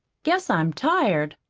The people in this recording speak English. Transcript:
guess i'm tired.